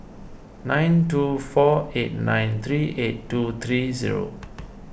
nine two four eight nine three eight two three zero